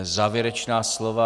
Závěrečná slova.